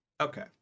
Okay